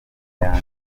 yanga